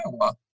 Iowa